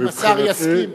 אם השר יסכים,